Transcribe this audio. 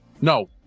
No